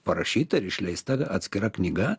parašyta ir išleista atskira knyga